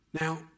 Now